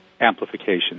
amplification